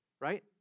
right